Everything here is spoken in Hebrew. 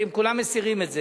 הם כולם מסירים את זה.